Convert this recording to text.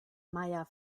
meyer